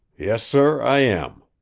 yes, sir, i am!